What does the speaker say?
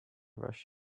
rush